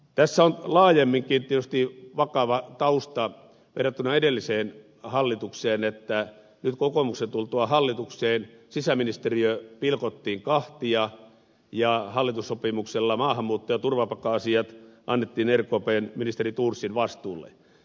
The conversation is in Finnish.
tässä on laajemminkin tietysti vakava tausta verrattuna edelliseen hallitukseen että nyt kokoomuksen tultua hallitukseen sisäministeriö pilkottiin kahtia ja hallitussopimuksella maahanmuutto ja turvapaikka asiat annettiin rkpn ministeri thorsin vastuulle